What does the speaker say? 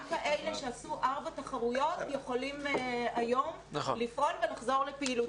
רק כאלה שעשו ארבע תחרויות יכולים היום לפעול ולחזור לפעילות.